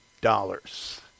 dollars